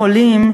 החולים,